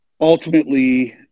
Ultimately